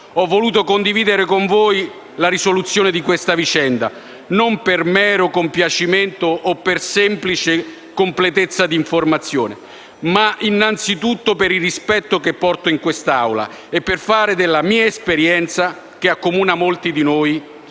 Ho voluto condividere con voi la risoluzione di questa vicenda, non per mero compiacimento o per semplice completezza di informazione, ma innanzi tutto per il rispetto che porto a quest'Assemblea e per fare della mia esperienza, che accomuna molti di noi,